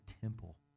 temple